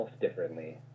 differently